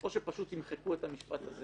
או שפשוט ימחקו את המשפט הזה